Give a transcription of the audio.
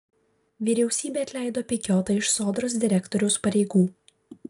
vyriausybė atleido pikiotą iš sodros direktoriaus pareigų